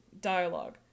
dialogue